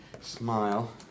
smile